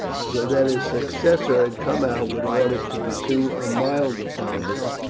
so that his successor had come out with orders to pursue a milder policy,